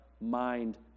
mind